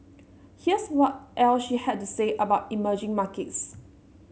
here's what else she had to say about emerging markets